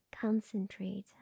concentrate